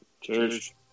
Cheers